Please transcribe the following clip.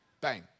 bang